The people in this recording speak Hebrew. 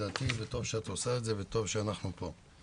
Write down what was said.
לדעתי וטוב שאת עושה את זה, וטוב שאנחנו פה.